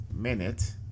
minute